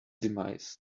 demise